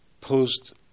post